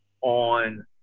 on